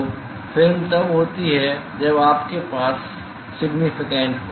तो फिल्म तब होती है जब आपके पास सिगनिफिकेन्ट हो